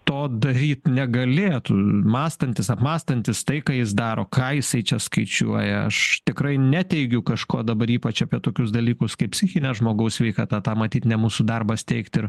to daryt negalėtų mąstantis apmąstantis tai ką jis daro ką jisai čia skaičiuoja aš tikrai neteigiu kažko dabar ypač apie tokius dalykus kaip psichinę žmogaus sveikata tą matyt ne mūsų darbas teikti ir